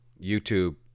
YouTube